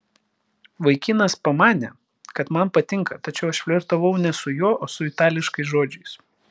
vaikinas pamanė kad man patinka tačiau aš flirtavau ne su juo o su itališkais žodžiais